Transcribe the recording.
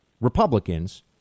Republicans